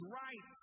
right